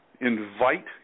invite